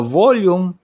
volume